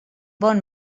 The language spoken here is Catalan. bon